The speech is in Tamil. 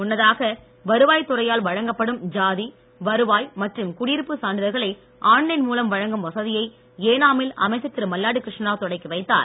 முன்னதாக வருவாய் துறையால் வழங்கப்படும் ஜாதி வருவாய் மற்றும் குடியிருப்பு சான்றிதழ்களை ஆன்லைன் மூலம் வழங்கும் வசதியை ஏனாமில் அமைச்சர் திரு மல்லாடி கிருஷ்ணாராவ் தொடங்கி வைத்தார்